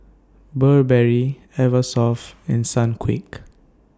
Burberry Eversoft and Sunquick